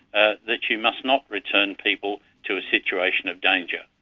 ah that you must not return people to a situation of danger.